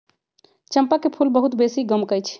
चंपा के फूल बहुत बेशी गमकै छइ